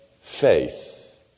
faith